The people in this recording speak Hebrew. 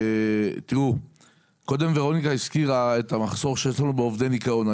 קודם ורוניקה הזכירה את המחסור שיש לנו בעובדי ניקיון.